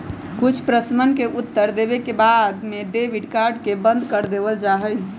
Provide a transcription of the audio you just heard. कुछ प्रश्नवन के उत्तर देवे के बाद में डेबिट कार्ड के बंद कर देवल जाहई